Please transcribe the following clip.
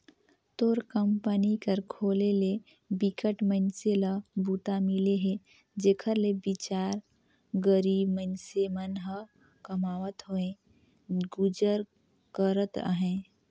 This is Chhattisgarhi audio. तोर कंपनी कर खोले ले बिकट मइनसे ल बूता मिले हे जेखर ले बिचार गरीब मइनसे मन ह कमावत होय गुजर करत अहे